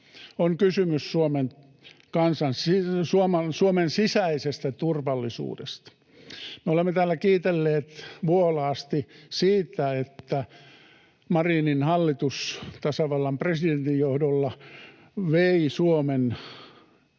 On kysymys Suomen sisäisestä turvallisuudesta. Me olemme täällä kiitelleet vuolaasti siitä, että Marinin hallitus tasavallan presidentin johdolla vei Suomen